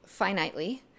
finitely